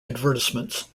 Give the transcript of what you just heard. advertisements